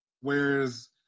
whereas